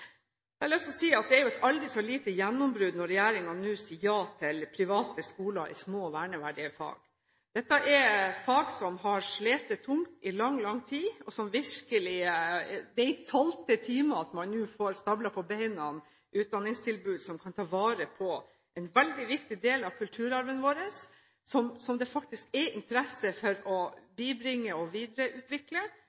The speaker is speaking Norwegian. Det er et aldri så lite gjennombrudd når regjeringen nå sier ja til private skoler i små og verneverdige fag. Dette er fag som har slitt tungt i lang tid, og det er i tolvte time at man nå får stablet på beina et utdanningstilbud som kan ta vare på en veldig viktig del av kulturarven vår, som det er interesse for å